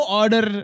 order